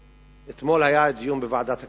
אתמול היה דיון בוועדת הכלכלה,